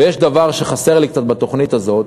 חסר לי דבר בתוכנית הזאת,